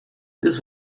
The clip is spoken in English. this